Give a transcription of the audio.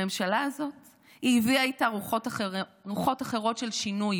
הממשלה הזאת הביאה איתה רוחות אחרות של שינוי,